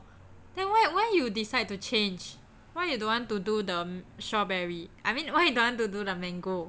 then why why you decide to change why you don't want to do the strawberry I mean why you don't want to do the mango